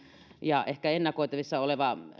ja ehkä ennakoitavissa oleva